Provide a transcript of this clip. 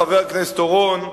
חבר הכנסת אורון,